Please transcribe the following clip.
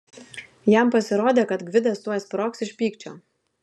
jam pasirodė kad gvidas tuoj sprogs iš pykčio